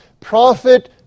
Prophet